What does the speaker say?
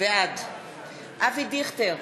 בעד אבי דיכטר,